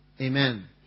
Amen